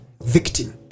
victim